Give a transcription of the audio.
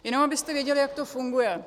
Jenom abyste věděli, jak to funguje.